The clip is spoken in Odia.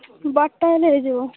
ବାରଟା ହେଲେ ହେଇଯିବ